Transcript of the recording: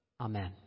Amen